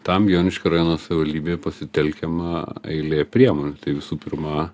tam joniškio rajono savivaldybėj pasitelkiama eilė priemonių visų pirma